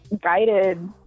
guided